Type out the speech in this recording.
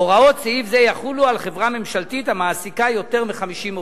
"הוראות סעיף זה יחולו על חברה ממשלתית המעסיקה יותר מ-50 עובדים".